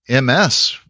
MS